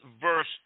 verse